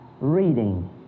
reading